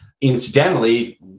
Incidentally